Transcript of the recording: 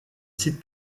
site